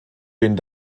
den